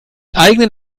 eigenen